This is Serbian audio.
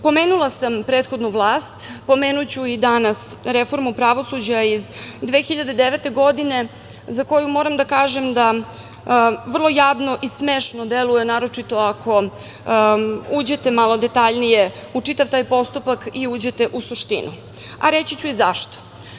Pomenula sam prethodnu vlast, pomenuću i danas reformu pravosuđa iz 2009. godine za koju moram da kažem da vrlo jadno i smešno deluje naročito ako uđete malo detaljnije u čitav taj postupak i uđete u suštinu, a reći ću i zašto.